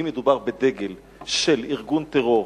אם מדובר בדגל של ארגון טרור,